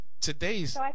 today's